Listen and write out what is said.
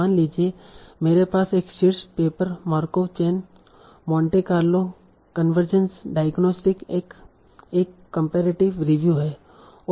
मान लीजिए मेरे पास एक शीर्ष paper Markov chain Monte Carlo convergence diagnostics एक कम्पेरेटिव रिव्यु है